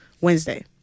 Wednesday